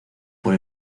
por